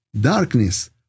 darkness